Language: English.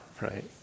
right